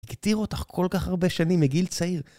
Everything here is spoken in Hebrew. הגדיר אותך כל כך הרבה שנים מגיל צעיר.